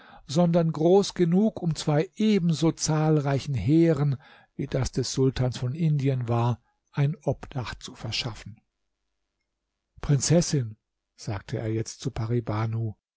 sondern groß genug um zwei ebenso zahlreichen heeren wie das des sultans von indien war ein obdach zu verschaffen prinzessin sagte er jetzt zu pari